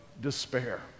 despair